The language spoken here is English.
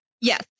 Yes